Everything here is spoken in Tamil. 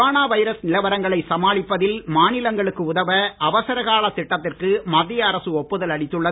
கொரோனா வைரஸ் நிலவரங்களை சமாளிப்பதில் மாநிலங்களுக்கு உதவ அவசரகால திட்டத்திற்கு மத்திய அரசு ஒப்புதல் அளித்துள்ளது